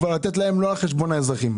כבר לתת להם לא על חשבון האזרחים.